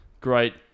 Great